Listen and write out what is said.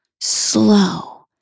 slow